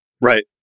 Right